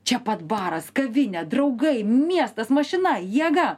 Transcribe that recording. čia pat baras kavinė draugai miestas mašina jėga